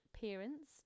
parents